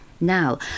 Now